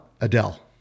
Adele